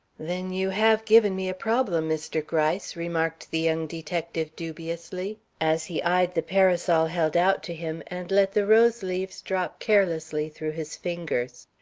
then you have given me a problem, mr. gryce, remarked the young detective dubiously, as he eyed the parasol held out to him and let the rose-leaves drop carelessly through his fingers.